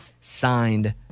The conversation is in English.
Signed